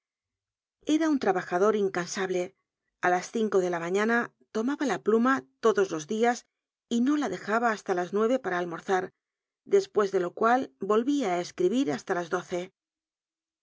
era un trabajador incansable a las ci nco ele la mañana tomaba la pluma lodos los dias y no la dejaba hasl t las nueve para almorzar despues ele lo cual vohia it escribir h asla las doce